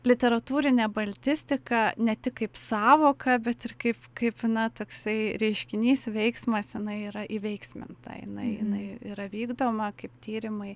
literatūrinė baltistika ne tik kaip sąvoką bet ir kaip kaip na toksai reiškinys veiksmas jinai yra įveiksminta jinai jinai yra vykdoma kaip tyrimai